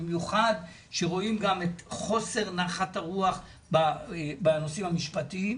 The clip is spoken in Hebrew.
במיוחד שרואים גם את החוסר נחת הרוח בנושאים המשפטיים.